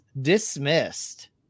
dismissed